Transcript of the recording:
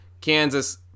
Kansas